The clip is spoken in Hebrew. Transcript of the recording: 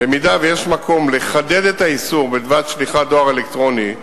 אם יש מקום לחדד את האיסור בדבר שליחת דואר אלקטרוני,